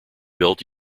built